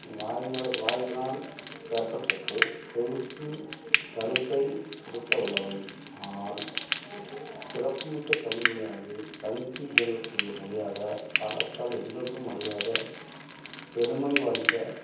வாயினால் பேசப்பெற்று செவிக்கு கருத்தை பொறுத்த உள்ளவை ஆனால் சிறப்பு மிக்க தமிழ் மொழியானது தனித்து இயங்க கூடிய மொழியாக காலத்தால் என்றென்றும் அழியாத செழுமை வாய்ந்த